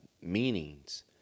meanings